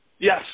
Yes